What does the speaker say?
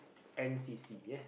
n_c_c eh